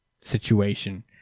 situation